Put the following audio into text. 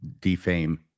defame